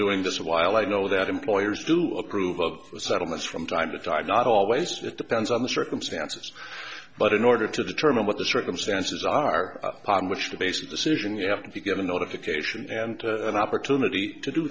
doing this while i know that employers do approve of settlements from time to time not always for it depends on the circumstances but in order to determine what the circumstances are upon which to base a decision you have to be given notification and an opportunity to do